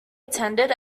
intended